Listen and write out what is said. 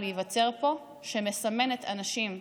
להיווצר פה ומסמנת אנשים כחשודים,